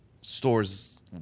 stores